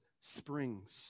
springs